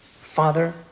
father